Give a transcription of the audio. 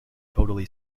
totally